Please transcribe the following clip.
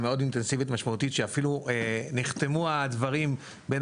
מאוד אינטנסיבית ומשמעותית שאפילו שנחתמו הדברים בין